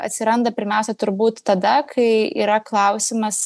atsiranda pirmiausia turbūt tada kai yra klausimas